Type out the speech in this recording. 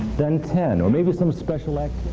then ten. or maybe some special like